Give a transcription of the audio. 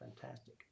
fantastic